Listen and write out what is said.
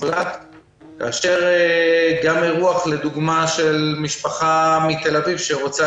כאשר גם אירוח למשל של משפחה מתל אביב שרוצה